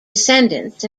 descendants